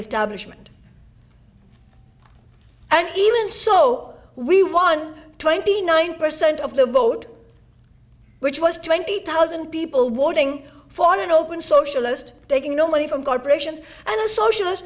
establishment and even so we won twenty nine percent of the vote which was twenty thousand people voting for an open socialist taking no money from corporations and a sociali